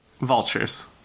Vultures